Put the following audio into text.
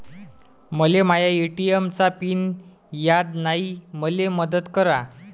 मले माया ए.टी.एम चा पिन याद नायी, मले मदत करा